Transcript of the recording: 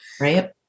right